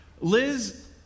Liz